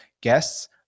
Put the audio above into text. guests